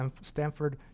Stanford